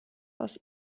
aus